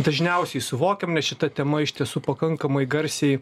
dažniausiai suvokiame nes šita tema iš tiesų pakankamai garsiai